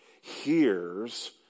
hears